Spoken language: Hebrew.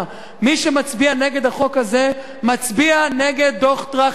שמצביע נגד החוק הזה מצביע נגד דוח-טרכטנברג.